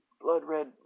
Blood-red